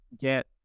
get